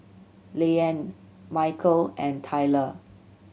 Layne Micheal and Tyler